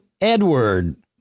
Edward